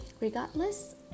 Regardless